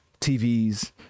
tvs